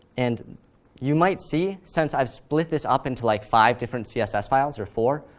and you might see, since i've split this up into like five different css files, or four,